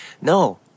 no